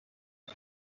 all